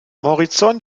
horizont